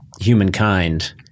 humankind